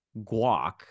guac